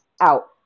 out